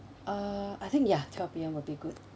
uh I think ya twelve P_M will be good